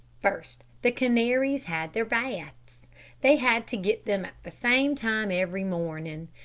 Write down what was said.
first, the canaries had their baths. they had to get them at the same time every morning.